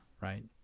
right